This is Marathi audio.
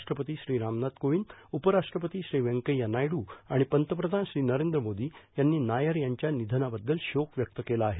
राष्ट्रपती श्री रामनाथ कोविंद उपराष्ट्रपती श्री व्यंकय्या नायडू आणि पंतप्रधान श्री नरेंद्र मोदी यांनी नायर यांच्या निधनाबद्दल शोक व्यक्त केला आहे